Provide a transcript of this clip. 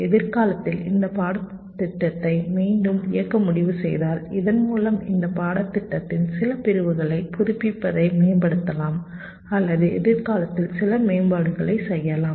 எதிர்காலத்தில் இந்த பாடத்திட்டத்தை மீண்டும் இயக்க முடிவு செய்தால் இதன் மூலம் இந்த பாடத்தின் சில பிரிவுகளை புதுப்பிப்பதை மேம்படுத்தலாம் அல்லது எதிர்காலத்தில் சில மேம்பாடுகளை செய்யலாம்